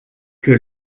que